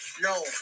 No